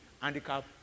handicap